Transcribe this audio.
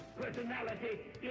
personality